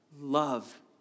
love